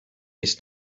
its